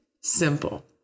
simple